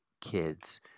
kids